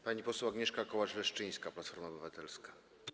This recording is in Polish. Pani poseł Agnieszka Kołacz-Leszczyńska, Platforma Obywatelska.